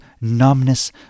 numbness